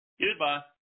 Goodbye